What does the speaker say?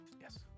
Yes